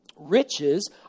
riches